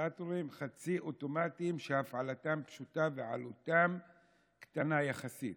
חצי אוטומטיים, שהפעלתם פשוטה ועלותם קטנה יחסית.